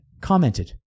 commented